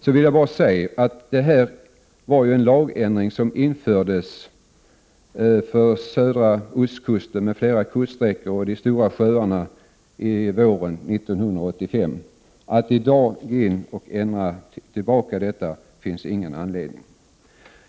Jag vill bara säga att det var en lagändring som infördes för södra ostkusten och andra kuststräckor och de stora sjöarna våren 1985. Att ändra tillbaka detta finns det ingen anledning till.